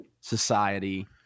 society